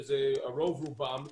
וזה רוב רובם,